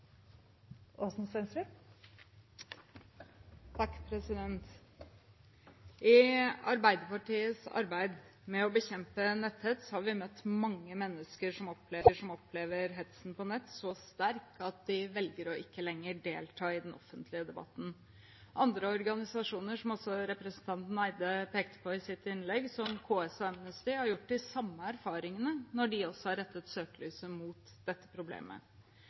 I Arbeiderpartiets arbeid med å bekjempe netthets har vi møtt mange mennesker som opplever hetsen på nett så sterkt at de velger å ikke lenger delta i den offentlige debatten. Andre organisasjoner, som også representanten Eide pekte på i sitt innlegg, som KS og Amnesty, har gjort de samme erfaringene når de også har rettet søkelyset mot dette problemet.